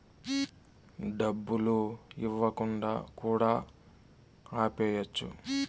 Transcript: డబ్బులు ఇవ్వకుండా కూడా ఆపేయచ్చు